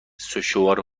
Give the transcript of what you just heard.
سشوار